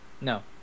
No